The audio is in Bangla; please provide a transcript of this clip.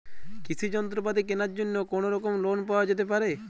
কৃষিযন্ত্রপাতি কেনার জন্য কোনোরকম লোন পাওয়া যেতে পারে?